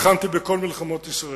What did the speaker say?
לחמתי בכל מלחמות ישראל,